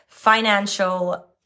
financial